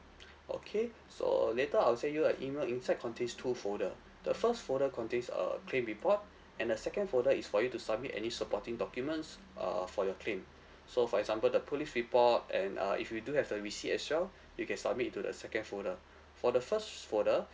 okay so later I'll send you an email inside contains two folder the first folder contains err claim report and the second folder is for you to submit any supporting documents err for your claim so for example the police report and uh if you do have the receipt as well you can submit to the second folder for the first folder